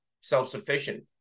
self-sufficient